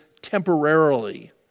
temporarily